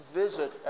visit